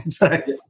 right